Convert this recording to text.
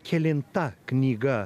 kelinta knyga